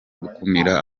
gukumira